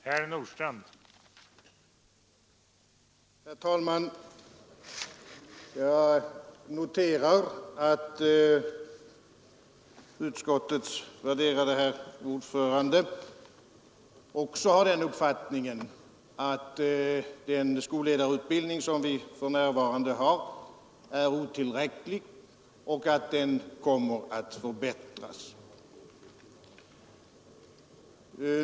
Herr talman! Jag noterar att utskottets värderade herr ordförande också har uppfattningen att den skolledarutbildning som vi för närvarande har är otillräcklig och behöver förbättras.